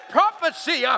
prophecy